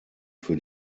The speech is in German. für